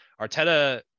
Arteta